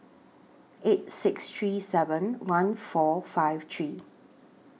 eight six three seven one four five three